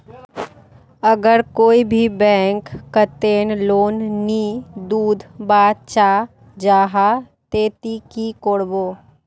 अगर कोई भी बैंक कतेक लोन नी दूध बा चाँ जाहा ते ती की करबो?